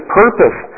purpose